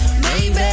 baby